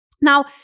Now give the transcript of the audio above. Now